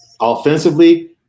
offensively